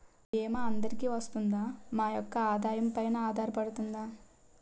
భీమా అందరికీ వరిస్తుందా? మా యెక్క ఆదాయం పెన ఆధారపడుతుందా?